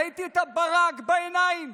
ראיתי את הברק בעיניים